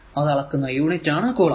അത് അളക്കുന്ന യൂണിറ്റ് ആണ് കുളം